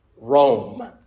Rome